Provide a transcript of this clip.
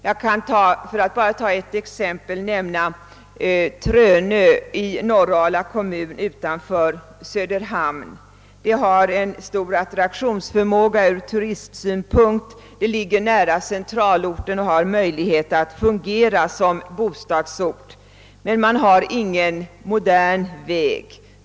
För att ta bara ett exempel kan jag nämna Trönö i Norrala kommun utanför Söderhamn. Denna ort har stor attraktionsförmåga ur turistsynpunkt. Den ligger nära centralorten och har möjlighet att fungera som bostadsort. Men man har ingen modern väg.